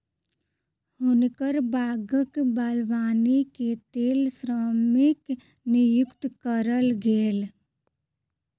हुनकर बागक बागवानी के लेल श्रमिक नियुक्त कयल गेल